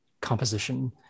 composition